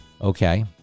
Okay